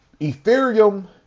Ethereum